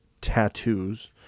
tattoos